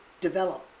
develop